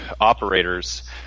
operators